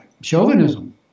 Chauvinism